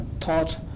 thought